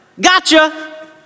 gotcha